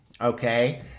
Okay